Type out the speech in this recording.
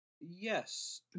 Yes